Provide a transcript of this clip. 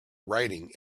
riding